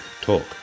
talk